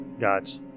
got